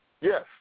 Yes